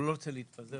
לא רוצה להתפזר.